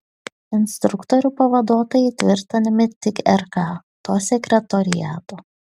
instruktorių pavaduotojai tvirtinami tik rk to sekretoriato